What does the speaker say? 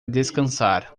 descansar